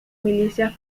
milicia